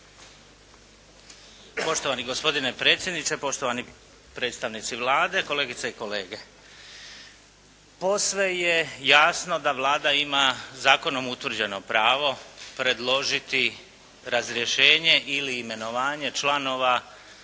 Poštovani gospodine predsjedniče, poštovani predstavnici Vlade, kolegice i kolege. Posve je jasno da Vlada ima zakonom utvrđeno pravo predložiti razrješenje ili imenovanje članova,